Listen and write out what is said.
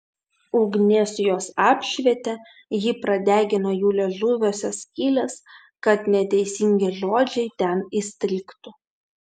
ugnis juos apšvietė ji pradegino jų liežuviuose skyles kad neteisingi žodžiai ten įstrigtų